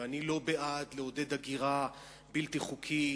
ואני לא בעד לעודד הגירה בלתי חוקית,